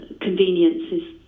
conveniences